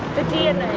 the dna